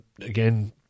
again